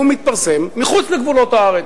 הוא מתפרסם מחוץ לגבולות הארץ.